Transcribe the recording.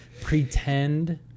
pretend